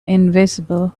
invisible